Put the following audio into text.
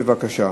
בבקשה.